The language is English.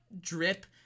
drip